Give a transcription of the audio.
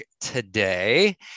today